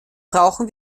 brauchen